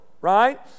right